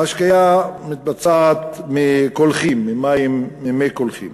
ההשקיה מתבצעת מקולחים, ממי קולחים.